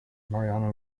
mariano